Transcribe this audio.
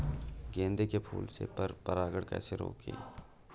गेंदे के फूल से पर परागण कैसे रोकें?